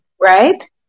right